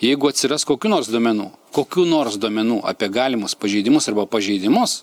jeigu atsiras kokių nors duomenų kokių nors duomenų apie galimus pažeidimus arba pažeidimus